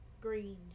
green